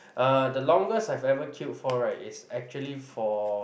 uh the longest I've ever queued for right is actually for